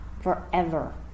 forever